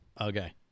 okay